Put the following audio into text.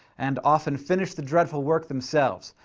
and often finish the dreadful work themselves.